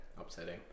upsetting